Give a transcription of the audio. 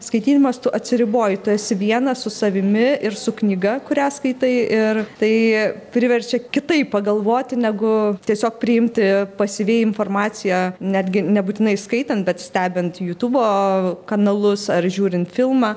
skaitydamas tu atsiriboji tu esi vienas su savimi ir su knyga kurią skaitai ir tai priverčia kitaip pagalvoti negu tiesiog priimti pasyviai informaciją netgi nebūtinai skaitant bet stebint jutūbo kanalus ar žiūrint filmą